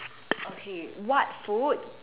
okay what food